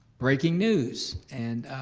breaking news and